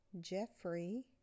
Jeffrey